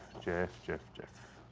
geoff, geoff, geoff.